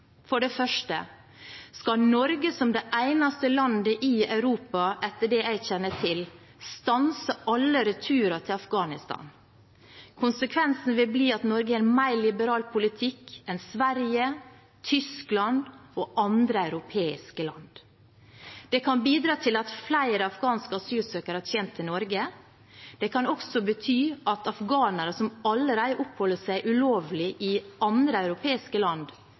For det første: Skal Norge som det eneste landet i Europa – etter det jeg kjenner til – stanse alle returer til Afghanistan? Konsekvensen vil bli at Norge har en mer liberal politikk enn Sverige, Tyskland og andre europeiske land. Det kan bidra til at flere afghanske asylsøkere kommer til Norge. Det kan også bety at afghanere som allerede oppholder seg ulovlig i andre europeiske land,